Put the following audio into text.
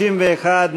61,